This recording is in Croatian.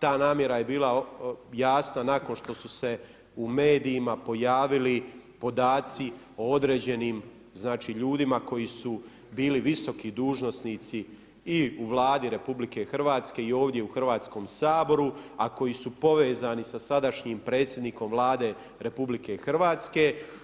Ta namjera je bila jasna nakon što su se u medijima pojavili podaci o određenim ljudima koji su bili visoki dužnosnici i u Vladi RH i ovdje u Hrvatskom saboru, a koji su povezani sa sadašnjim predsjednikom Vlade RH